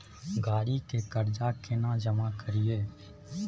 गाड़ी के कर्जा केना जमा करिए?